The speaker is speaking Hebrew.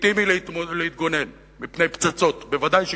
לגיטימי להתגונן מפני פצצות, בוודאי שכן,